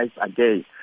again